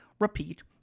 repeat